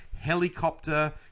helicopter